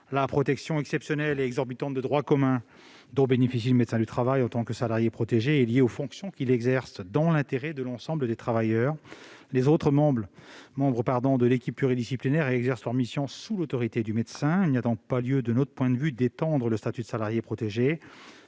La protection exceptionnelle et exorbitante du droit commun dont bénéficie le médecin du travail en tant que salarié protégé est liée aux fonctions qu'il exerce dans l'intérêt de l'ensemble des travailleurs. Les autres membres de l'équipe pluridisciplinaire exerçant leurs missions sous l'autorité du médecin, il n'y a pas lieu de leur étendre le statut de salarié protégé.